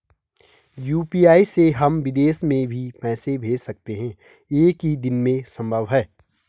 UPI से हम विदेश में भी पैसे भेज सकते हैं एक ही दिन में संभव है?